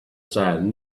sand